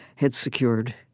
had secured.